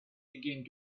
again